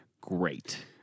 great